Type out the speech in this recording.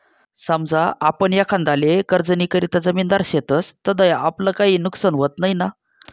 समजा आपण एखांदाले कर्जनीकरता जामिनदार शेतस तधय आपलं काई नुकसान व्हत नैना?